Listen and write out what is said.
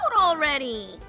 already